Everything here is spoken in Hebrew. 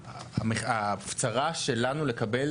וההפצרה שלנו לקבל